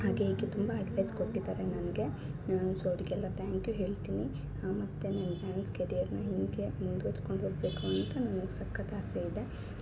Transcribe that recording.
ಹಾಗೆ ಹೀಗೆ ತುಂಬ ಆಡ್ವೈಸ್ ಕೊಟ್ಟಿದ್ದಾರೆ ನನಗೆ ಸೋ ಅದ್ಕೆಲ್ಲ ತ್ಯಾಂಕ್ ಯು ಹೇಳ್ತೀನಿ ಮತ್ತು ನನ್ನ ಡ್ಯಾನ್ಸ್ ಕೆರಿಯರ್ನ ಹೀಗೆ ಮುಂದರ್ಸ್ಕೊಂಡು ಹೋಗ್ಬೇಕು ಅಂತ ನನಗೆ ಸಖತ್ ಆಸೆಯಿದೆ